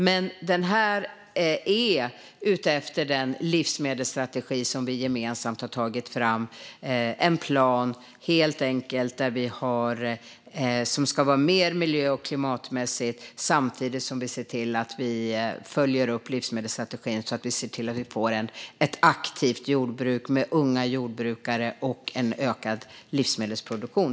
Men det här är, utifrån den livsmedelsstrategi som vi gemensamt har tagit fram, en plan som helt enkelt ska vara mer miljö och klimatmässigt bra. Samtidigt ser vi till att följa upp livsmedelsstrategin, så att vi får ett aktivt jordbruk med unga jordbrukare och en ökad livsmedelsproduktion.